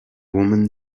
woman